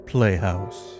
Playhouse